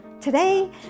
Today